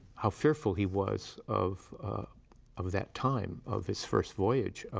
how fearful he was of of that time of his first voyage.